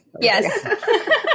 Yes